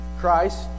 Christ